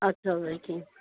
अच्छा ऊअं ई